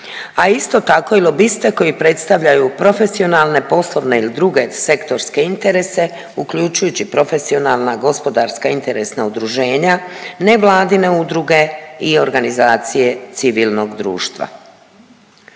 a isto tako i lobiste koji predstavljaju profesionalne, poslovne ili druge sektorske interese uključujući profesionalna gospodarska interesna udruženja, nevladine udruge i organizacije civilnog društva.